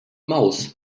maus